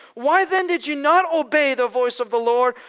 why then did you not obey the voice of the lord?